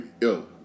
Yo